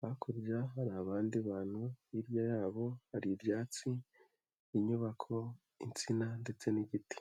Hakurya hari abandi bantu hirya yabo hari ibyatsi, inyubako, insina, ndetse n'igiti.